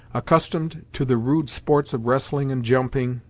accustomed to the rude sports of wrestling and jumping,